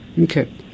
Okay